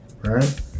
right